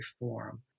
reform